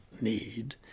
need